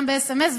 גם בסמ"ס,